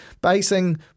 basing